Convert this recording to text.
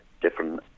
different